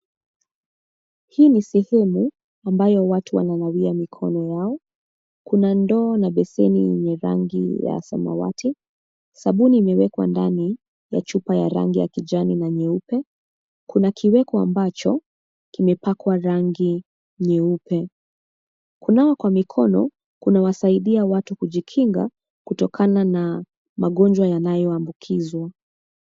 Hii ni sehemu ambayo watu wananawia mikono yao kuna ndoo na besheni yenye rangi ya samawati sabuni imewekwa ndani ya chupa ya rangi ya kijani na nyeupe kuna kiweko amabacho kimepakwa rangi nyeupe. Kunawa kwa mikono kuna wasidia watu kujkinga kutokana na magonjwa yanayo ambukizwa.